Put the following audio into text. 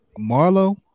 Marlo